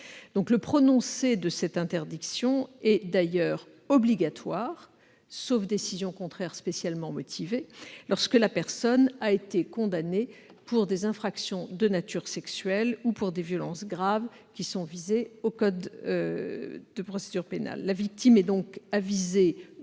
Le prononcé de cette interdiction est d'ailleurs obligatoire, sauf décision contraire spécialement motivée, lorsque la personne a été condamnée pour des infractions de nature sexuelle ou pour des violences graves, qui sont visées par le code de procédure pénale. La victime est donc avisée